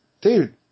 Dude